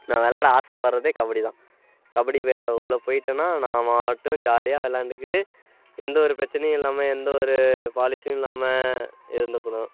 நான் விளாட ஆசைப்பட்றதே கபடி தான் கபடி வெளில உள்ளே போய்ட்டேன்னா நான் பாட்டுக்கும் ஜாலியாக விளாண்டுக்கிட்டு எந்த ஒரு பிரச்சனையும் இல்லாமல் எந்த ஒரு பாலிஷும் இல்லால் இருந்துக்கணும்